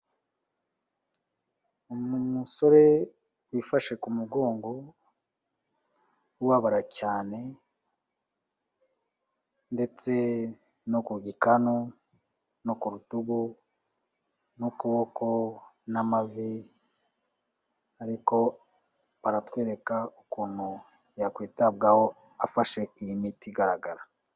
Umusore wifashe ku mugongo, ubabara cyane ndetse no ku gikanu no ku rutugu n'ukuboko n'amavi ariko baratwereka ukuntu yakwitabwaho afashe iyi miti igaragara.